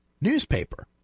newspaper